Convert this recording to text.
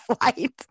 flight